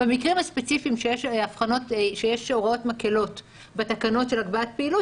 במקרים הספציפיים שיש הוראות מקלות בתקנות של הגבלת פעילות,